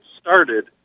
started